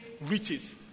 riches